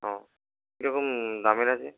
ও কী রকম দামের আছে